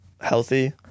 healthy